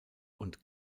und